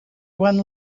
one